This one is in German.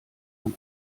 man